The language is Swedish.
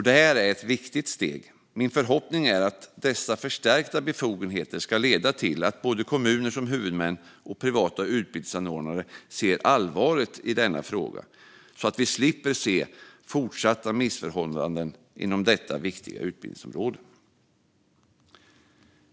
Detta är ett viktigt steg. Min förhoppning är att dessa förstärkta befogenheter ska leda till att både kommuner som huvudmän och privata utbildningsanordnare ser allvaret i detta, så att vi slipper se fortsatta missförhållanden inom detta viktiga utbildningsområde.